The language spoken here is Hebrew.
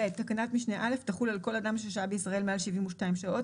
"(ב) תקנת משנה (א) תחול על כל אדם ששהה בישראל מעל 72 שעות